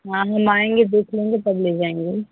हाँ हम आएँगे देख लेंगे तब ले जाएँगे